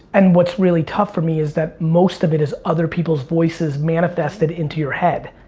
and what's really tough for me is that most of it is other people's voices manifested into your head.